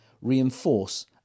reinforce